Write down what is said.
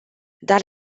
dar